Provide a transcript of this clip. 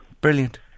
brilliant